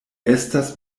estas